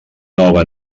nova